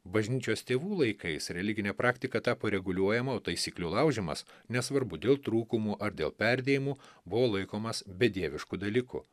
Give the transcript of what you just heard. bažnyčios tėvų laikais religinė praktika tapo reguliuojama o taisyklių laužymas nesvarbu dėl trūkumų ar dėl perdėjimų buvo laikomas bedievišku dalyku